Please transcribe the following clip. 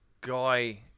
guy